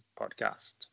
podcast